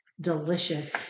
delicious